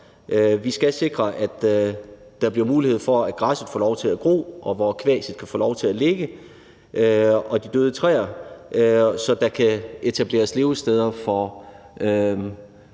Vi skal sikre, at der bliver mulighed for, at græsset får lov til at gro, og at kvaset og de døde træer kan få lov til at ligge, så der kan etableres levesteder for